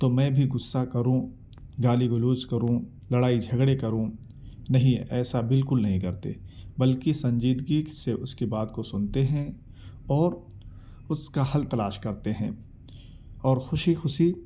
تو میں بھی غصہ کروں گالی گلوچ کروں لڑائی جھگڑے کروں نہیں ایسا بالکل نہیں کرتے بلکہ سنجیدگی سے اس کی بات کو سنتے ہیں اور اس کا حل تلاش کرتے ہیں اور خوشی خوشی